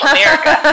America